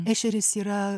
ešeris yra